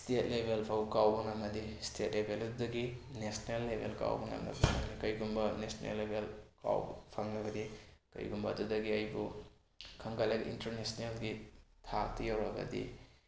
state ꯂꯦꯚꯦꯜꯐꯥꯎ ꯀꯥꯎ ꯉꯝꯃꯗꯤ ꯁ꯭ꯇꯦꯠ ꯂꯦꯚꯦꯜ ꯑꯗꯨꯗꯒꯤ ꯅꯦꯁꯅꯦꯜ ꯂꯦꯚꯦꯜ ꯀꯥꯎꯕ ꯉꯝꯅꯕ ꯍꯣꯠꯅꯒꯅꯤ ꯀꯔꯤꯒꯨꯝꯕ ꯅꯦꯁꯅꯦꯜ ꯂꯦꯚꯦꯜ ꯀꯥꯎꯕ ꯐꯪꯉꯒꯗꯤ ꯀꯔꯤꯒꯨꯝꯕ ꯑꯗꯨꯗꯒꯤ ꯑꯩꯕꯨ ꯈꯪꯒꯠꯂꯒ ꯏꯟꯇꯔꯅꯦꯁꯅꯦꯜꯒꯤ ꯊꯥꯛꯇ ꯌꯧꯔꯛꯑꯒꯗꯤ